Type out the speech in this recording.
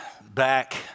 back